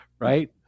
right